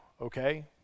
okay